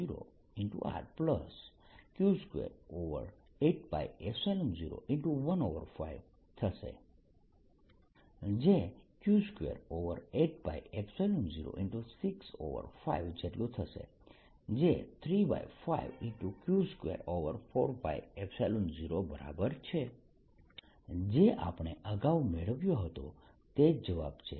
જે Q28π065 જેટલું થશે જે 35Q24π0 બરાબર છે જે આપણે અગાઉ મેળવ્યો હતો તે જ જવાબ છે